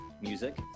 music